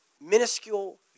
minuscule